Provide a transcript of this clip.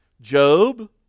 Job